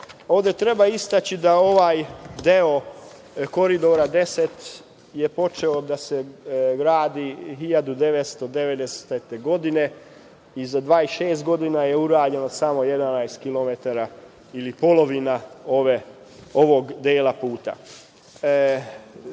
Ovde treba istaći da ovaj deo Koridora 10 je počeo da se gradi 1990. godine i za 26 godina je urađeno samo 11 kilometara ili polovina ovog dela puta. Druga